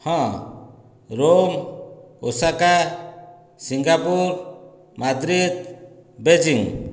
ହଁ Rome Osaka Singapore Madrid Beijing